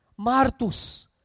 martus